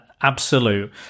absolute